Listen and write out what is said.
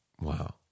Wow